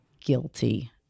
guilty